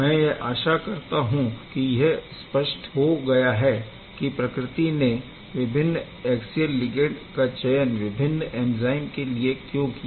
मैं यह आशा करता हूँ कि यह स्पष्ट हो गया है कि प्रकृति ने विभिन्न ऐक्सियल लिगैण्ड का चयन विभिन्न एंज़ाइम के लिए क्यों किया